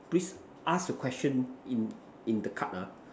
please ask the question in in the card ah